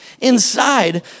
inside